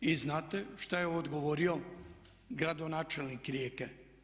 I znate što je odgovorio gradonačelnik Rijeke?